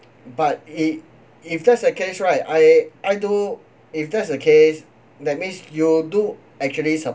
but it if that's the case right I I do if that's the case that means you do actually